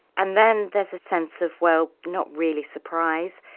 and then there's a sense of, well not really surprise.